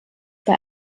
bei